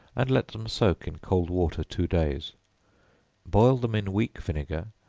and let them soak in cold water two days boil them in weak vinegar,